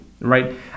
Right